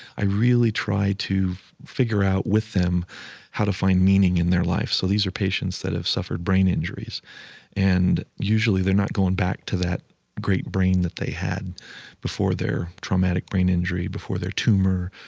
i really try to figure out with them how to find meaning in their life. so these are patients that have suffered brain injuries and usually they're not going back to that great brain that they had before their traumatic brain injury, before their tumor,